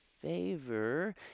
favor